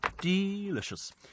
Delicious